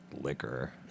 liquor